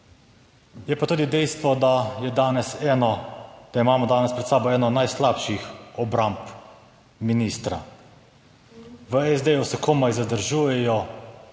Je pa tudi dejstvo, da je danes eno, da imamo danes pred sabo eno najslabših obramb, ministra. V SD se komaj zadržujejo,